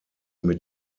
mit